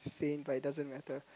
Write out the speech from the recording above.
faint but it doesn't matter